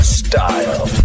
style